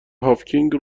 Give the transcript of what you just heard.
هاوکینگ